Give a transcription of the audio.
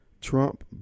Trump